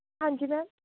ਹਾਂਜੀ ਮੈਮ